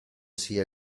sia